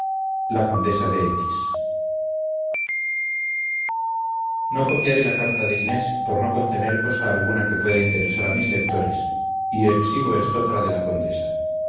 la condesa de x no copiaré la carta de inés por no contener cosa alguna que pueda interesar a mis lectores y exhibo estotra de la condesa